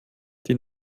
die